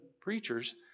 preachers